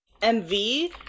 mv